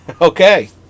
Okay